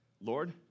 Lord